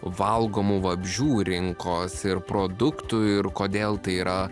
valgomų vabzdžių rinkos ir produktų ir kodėl tai yra